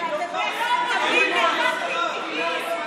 ולא פותחים לח"כים תיקים.